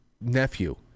nephew